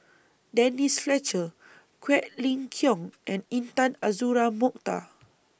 Denise Fletcher Quek Ling Kiong and Intan Azura Mokhtar